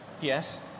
Yes